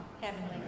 Heavenly